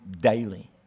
daily